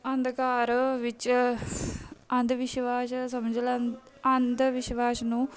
ਅੰਧਕਾਰ ਵਿੱਚ ਅੰਧ ਵਿਸ਼ਵਾਸ ਸਮਝ ਲੈ ਅੰਧ ਵਿਸ਼ਵਾਸ ਨੂੰ